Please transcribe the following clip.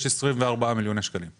24 מיליוני שקלים.